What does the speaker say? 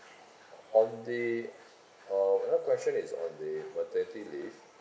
on the uh then my question is on the maternity leave